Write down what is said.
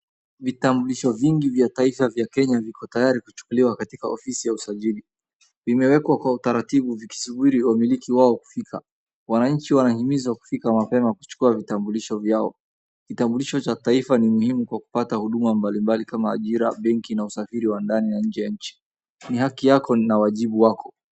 Vitambulisho vingi vya taifa vya Kenya viko tayari kuchukuliwa katika ofisi ya usajili. Vimewekwa kwa utaratibu vikisubiri wamiliki wao kufika. Wananchi wanahimizwa kufika mapema kuchukua vitambulisho vyao. Kitambulisho cha taifa ni muhimu kwa kupata huduma mbalimbali kama ajira, benki na usafiri wa nje ya nchi. Ni haki yako na wajibu wako.